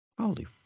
Holy